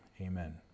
Amen